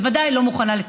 בוודאי לא מוכנה לתקצב.